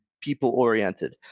people-oriented